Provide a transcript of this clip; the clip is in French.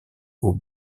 aux